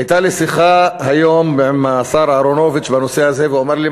הייתה לי שיחה היום עם השר אהרונוביץ בנושא הזה והוא אמר לי,